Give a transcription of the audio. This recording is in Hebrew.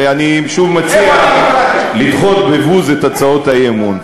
אני שוב מציע לדחות בבוז את הצעות האי-אמון.